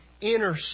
inner